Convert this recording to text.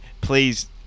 please